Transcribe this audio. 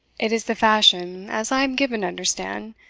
it is the fashion, as i am given to understand,